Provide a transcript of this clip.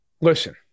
listen